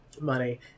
money